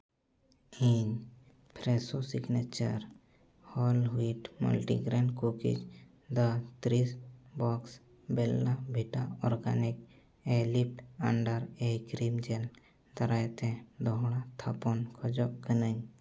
ᱤᱧ Fresho signature whole wheat multigrain cookies ᱫᱚ ᱛᱤᱨᱤᱥ ᱵᱚᱠᱥ ᱵᱮᱞᱞᱟ ᱵᱷᱤᱴᱟ organic lift under eye cream gel ᱫᱟᱨᱟᱭᱛᱮ ᱫᱚᱦᱲᱟ ᱛᱷᱟᱯᱚᱱ ᱠᱷᱚᱡᱚᱜ ᱠᱟᱹᱱᱟᱹᱧ